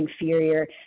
inferior